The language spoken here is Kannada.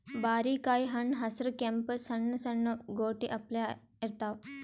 ಬಾರಿಕಾಯಿ ಹಣ್ಣ್ ಹಸ್ರ್ ಕೆಂಪ್ ಸಣ್ಣು ಸಣ್ಣು ಗೋಟಿ ಅಪ್ಲೆ ಇರ್ತವ್